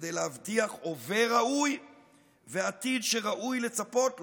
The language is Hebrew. כדי להבטיח הווה ראוי ועתיד שראוי לצפות לו,